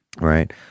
Right